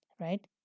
right